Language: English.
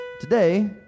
today